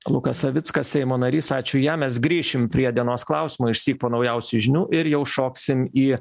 lukas savickas seimo narys ačiū jam mes grįšim prie dienos klausimo išsyk po naujausių žinių ir jau šoksim į